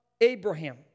Abraham